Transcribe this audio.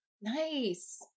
Nice